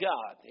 God